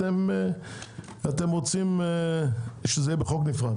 אתם רוצים שזה יהיה בחוק נפרד.